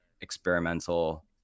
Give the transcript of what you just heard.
experimental